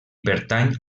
pertany